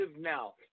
now